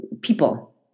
people